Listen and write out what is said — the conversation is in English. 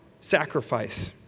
sacrifice